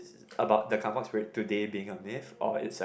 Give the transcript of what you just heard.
about the Kampung spirit today being a myth or it's a